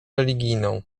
religijną